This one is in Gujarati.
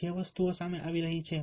જે વસ્તુઓ સામે આવી છે